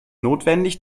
notwendig